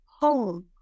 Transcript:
home